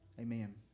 Amen